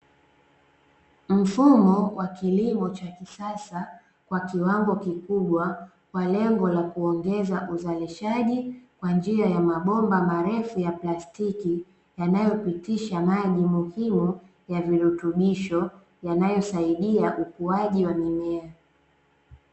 Mfumo wa kilimo cha kisasa kwa kiwango kikubwa kwa lengo la kuongeza uzalishaji kwa njia ya mabomba marefu ya plastiki yanayopitisha maji muhimu ya virutubisho yanayosaidia ukuaji wa mimea.